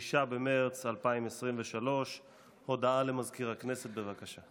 6 במרץ 2023. הודעה למזכיר הכנסת, בבקשה.